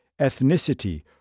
ethnicity